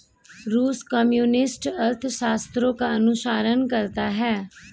रूस कम्युनिस्ट अर्थशास्त्र का अनुसरण करता है